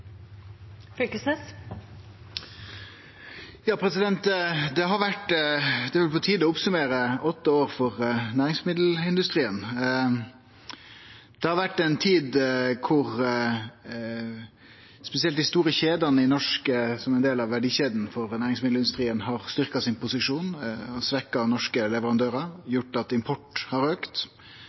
vel på tide å oppsummere åtte år for næringsmiddelindustrien. Det har vore ei tid der spesielt dei store kjedene, som ein del av verdikjeda for næringsmiddelindustrien, har styrkt posisjonen sin og svekt norske leverandørar og gjort at importen har